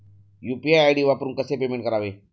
UPI ID वापरून कसे payment करावे?